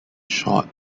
short